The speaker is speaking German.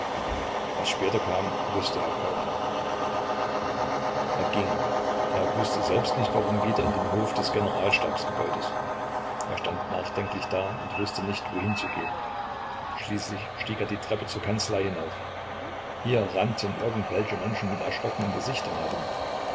was später kam wußte er kaum er ging er wußte selbst nicht warum wieder in den hof des generalstabsgebäudes er stand nachdenklich da und wußte nicht wo hinzugehen schließlich stieg er die treppe zur kanzlei hinauf hier rannten irgendwelche menschen mit erschrockenen gesichtern herum